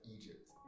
Egypt